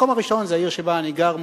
המקום הראשון זה העיר שבה אני גר,